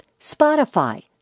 Spotify